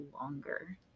longer